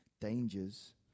dangers